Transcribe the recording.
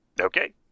okay